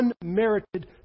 unmerited